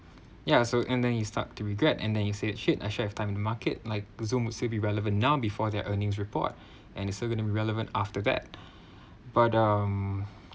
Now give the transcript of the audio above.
ya so and then you start to regret and then you said shit I should have time the market like zoom would still be relevant now before their earnings report and it certainly be relevant after that but um